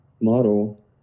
model